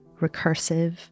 recursive